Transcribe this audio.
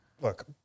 look